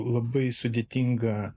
labai sudėtinga